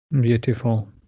Beautiful